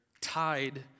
tied